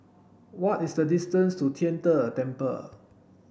what is the distance to Tian De Temple